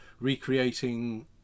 recreating